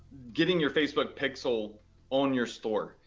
getting your facebook pixel on your store.